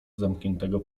zamkniętego